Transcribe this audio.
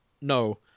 no